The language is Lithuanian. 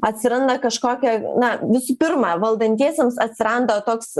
atsiranda kažkokia na visų pirma valdantiesiems atsiranda toks